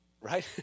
Right